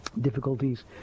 difficulties